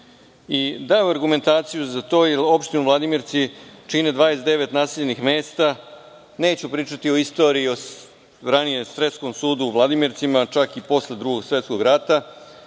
i dao je argumentaciju za to. Opštinu Vladimirci čini 29 naseljenih mesta, neću pričati o istoriji, o ranijem Sreskom sudu u Vladimircima, čak i posle Drugog svetskog rata,